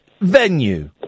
venue